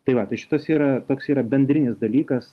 tai va tai šitas yra toks yra bendrinis dalykas